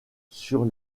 sur